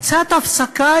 קצת הפסקה,